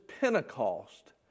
Pentecost